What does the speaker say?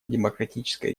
демократической